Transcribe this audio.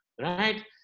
right